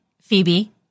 phoebe